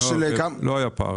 לא היה פער.